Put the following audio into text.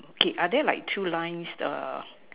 okay are there like two lines err